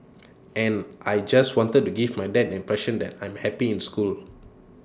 and I just wanted to give my dad impression that I'm happy in school